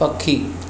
पखी